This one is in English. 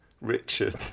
Richard